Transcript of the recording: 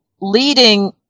leading